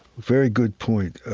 very good point.